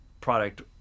product